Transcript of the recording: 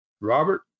Robert